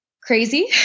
crazy